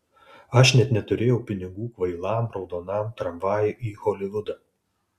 aš net neturėjau pinigų kvailam raudonam tramvajui į holivudą